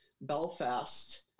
Belfast